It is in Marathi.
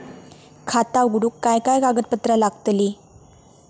खाता उघडूक काय काय कागदपत्रा लागतली?